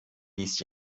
ließ